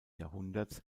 jahrhunderts